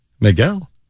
Miguel